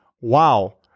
wow